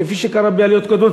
כפי שקרה בעליות קודמות,